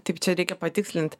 taip čia reikia patikslint